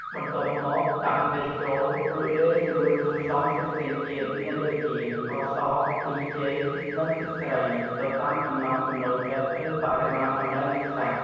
បន្ទាប់មកដាក់ម្ទេសចូល រួចលាយជាមួយគ្រឿងផ្សំផ្សេងៗទៀតមានដូចជា ស្ករស ប៊ីចេង និងទឹកត្រី ទៅតាមចំណង់ចំណូលចិត្តឬបរិមាណបន្លែនិងសាច់។